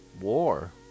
war